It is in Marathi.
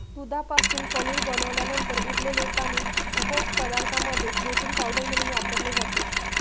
दुधापासून पनीर बनवल्यानंतर उरलेले पाणी उपपदार्थांमध्ये प्रोटीन पावडर म्हणून वापरले जाते